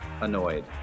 annoyed